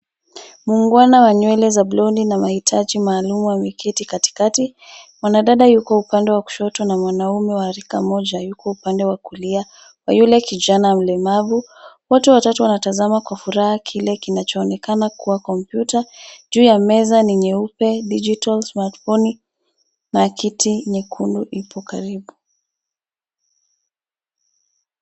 Muungwana ya nywele za blodi na mahitaji maalumu ameketi katikati. Mwanadada yuko upande wa kushoto na mwanamume wa rika moja yuko upande wa kulia kwa yule kijana mlemavu. Watu watatu wanatazama kwa furaha kile kinachoonekana kuwa kompyuta juu ya meza ni nyeupe digital smartphone na kiti nyekundu ipo karibu.